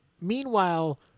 meanwhile